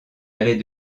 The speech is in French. allait